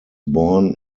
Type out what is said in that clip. born